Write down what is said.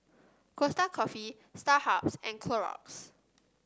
Costa Coffee Starhub and Clorox